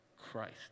Christ